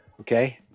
okay